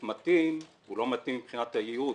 מתאים הוא לא מתאים מבחינת הייעוד,